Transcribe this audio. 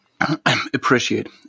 appreciate